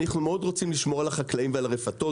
אנחנו מאוד רוצים לשמור על החקלאים ועל הרפתות,